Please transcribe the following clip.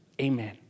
Amen